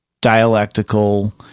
dialectical